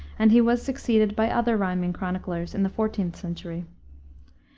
and he was succeeded by other rhyming chroniclers in the fourteenth century.